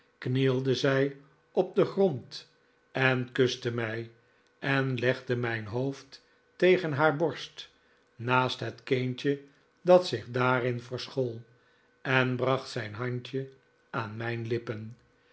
knielde zij op den grond en kuste mij en legde mijn hoofd tegen haar borst naast het kindje dat zich daarin verschool en bracht zijn handje aan mijn lippen